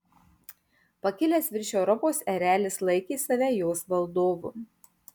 pakilęs virš europos erelis laikė save jos valdovu